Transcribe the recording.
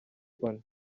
loni